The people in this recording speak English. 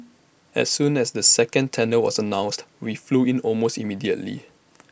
as soon as the second tender was announced we flew in almost immediately